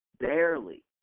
barely